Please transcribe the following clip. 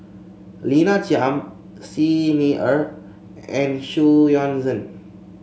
Lina Chiam Xi Ni Er and Xu Yuan Zhen